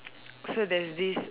so there is this uh